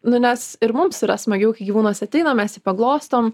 nu nes ir mums yra smagiau kai gyvūnas ateina mes jį paglostom